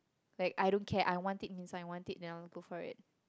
like I don't care I want it inside I want it then I'll go for it